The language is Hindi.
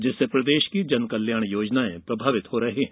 जिससे प्रदेश की जन कल्याण योजनाएं प्रभावित हो रही हैं